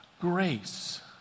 grace